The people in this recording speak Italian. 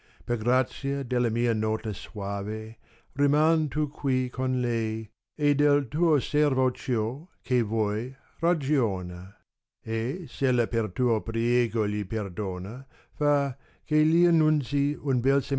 per graaùa della mia nota soave ri man tu qui con lei e del tuo servo ciò che vuoi ragiona e s ella per tuo priego gli perdona fa che gli annunù un bel